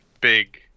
big